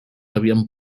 havien